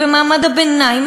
ומעמד הביניים,